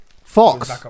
Fox